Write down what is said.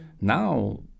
now